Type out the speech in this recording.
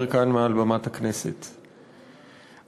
כאן מעל במת הכנסת כמה תובנות וכמה מסרים.